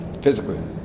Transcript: Physically